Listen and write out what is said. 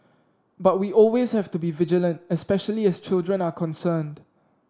but we always have to be vigilant especially as children are concerned